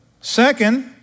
Second